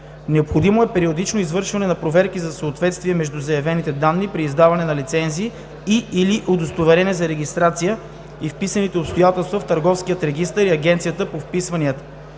Необходимо е периодично извършване на проверки за съответствие между заявените данни при издаване на лицензи и/или удостоверения за регистрация и вписаните обстоятелства в Търговския регистър и Агенцията по вписванията.